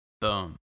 Boom